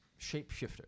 shapeshifter